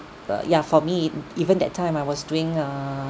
uh ya for me even that time I was doing err